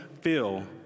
feel